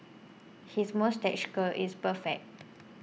his moustache curl is perfect